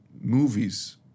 movies